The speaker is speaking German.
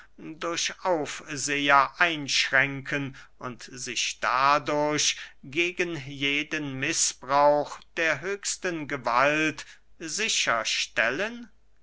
durch aufseher einschränken und sich dadurch gegen jeden mißbrauch der höchsten gewalt